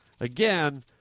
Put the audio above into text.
Again